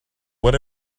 what